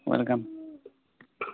welcome